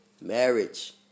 Marriage